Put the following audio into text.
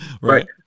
Right